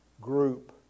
group